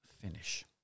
finish